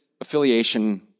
affiliation